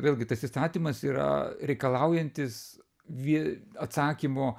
vėlgi tas įstatymas yra reikalaujantis vie atsakymo